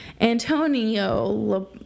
Antonio